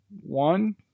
One